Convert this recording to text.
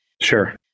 Sure